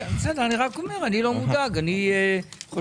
אני רק אומר שאני לא מודאג.